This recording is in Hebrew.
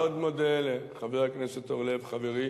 אני מאוד מודה לחבר הכנסת אורלב, חברי,